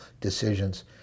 decisions